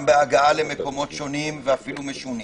גם בהגעה למקומות שונים ואפילו משונים.